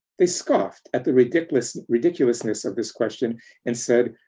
they scoffed at the ridiculousness ridiculousness of this question and said,